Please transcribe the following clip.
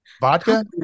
Vodka